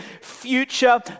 future